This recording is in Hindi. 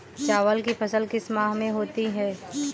चावल की फसल किस माह में होती है?